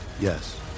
Yes